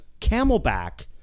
Camelback